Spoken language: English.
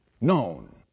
known